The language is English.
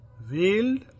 Veiled